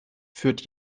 führt